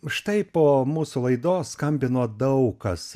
štai po mūsų laidos skambino daug kas